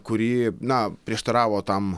kuri na prieštaravo tam